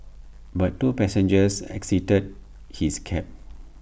but two passengers exited his cab